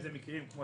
אנחנו